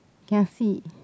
kiasi